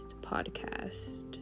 podcast